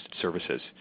services